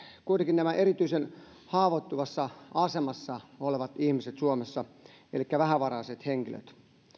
kuitenkin erityisen haavoittuvassa asemassa olevat ihmiset suomessa elikkä vähävaraiset henkilöt